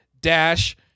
dash